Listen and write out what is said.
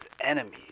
enemies